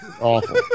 Awful